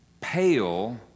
pale